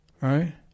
Right